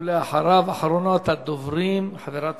אחריו, אחרונת הדוברים, חברת